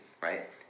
right